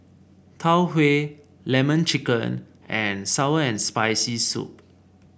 Tau Huay lemon chicken and sour and Spicy Soup